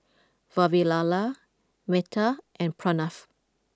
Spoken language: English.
Vavilala Medha and Pranav